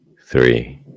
three